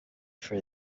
for